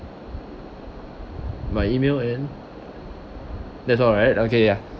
my email and that's all right okay ya